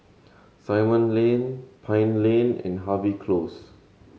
Simon Lane Pine Lane and Harvey Close